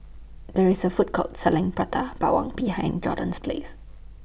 There IS A Food Court Selling Prata Bawang behind Jordyn's Police